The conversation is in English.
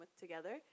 together